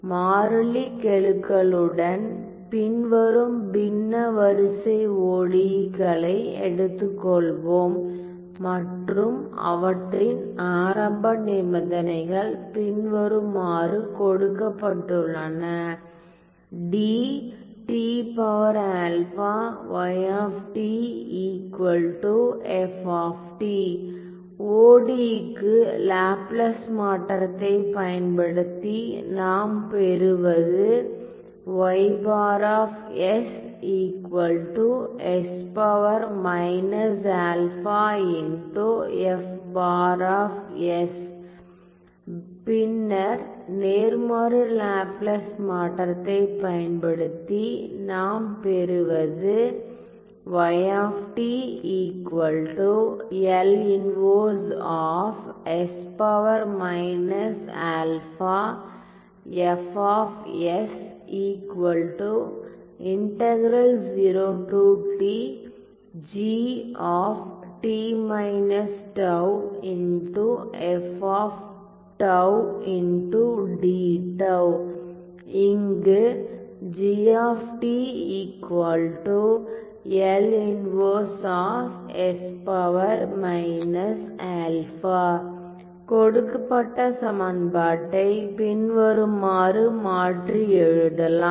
மாறிலி கெழுக்களுடன் பின்வரும் பின்ன வரிசை ஒடியி க்களை எடுத்துக்கொள்வோம் மற்றும் அவற்றின் ஆரம்ப நிபந்தனைகள் பின்வருமாறு கொடுக்கப்பட்டுள்ளன ODE க்கு லாப்லாஸ் மாற்றத்தைப் பயன்படுத்தி நாம் பெறுவது பின்னர் நேர்மாறு லாப்லாஸ் மாற்றத்தைப் பயன்படுத்தி நாம் பெறுவது இங்கு கொடுக்கப்பட்ட சமன்பாட்டை பின்வருமாறு மாற்றி எழுதலாம்